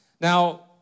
Now